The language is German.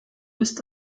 ist